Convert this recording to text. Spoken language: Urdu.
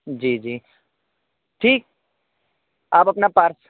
جی جی ٹھیک آپ اپنا پارس